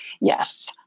Yes